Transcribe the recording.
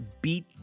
beat